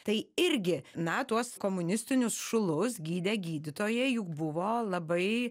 tai irgi na tuos komunistinius šulus gydę gydytojai juk buvo labai